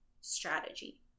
strategy